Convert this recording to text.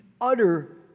utter